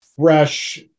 fresh